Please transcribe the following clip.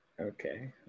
okay